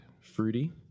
fruity